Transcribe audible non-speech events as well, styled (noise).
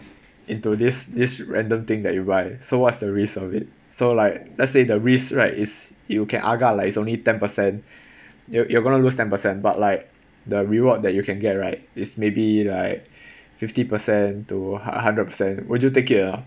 into this this random thing that you buy so what's the risk of it so like let's say the risk right is you can agak like it's only ten percent (breath) you you're gonna lose ten percent but like the reward that you can get right is maybe like (breath) fifty percent to hu~ hundred percent would you take it ah